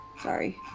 sorry